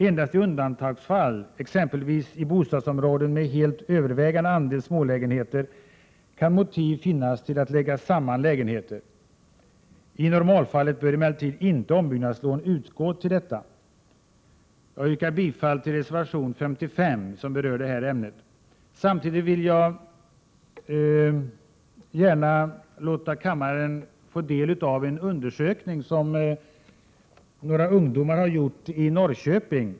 Endast i undantagsfall, exempelvis i bostadsområden med helt övervägande andel smålägenheter, kan motiv finnas till att lägga samman lägenheter. I normalfallet bör ombyggnadslån emellertid inte utgå till detta. Jag yrkar bifall till reservation 55, som berör detta ämne. Jag vill samtidigt gärna låta kammaren få ta del av en undersökning som några ungdomar har gjort i Norrköping.